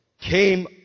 came